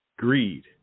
Greed